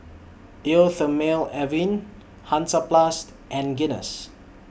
Eau Thermale Avene Hansaplast and Guinness